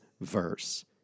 verse